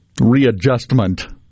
readjustment